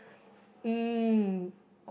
mm